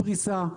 פריסה,